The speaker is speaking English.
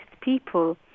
people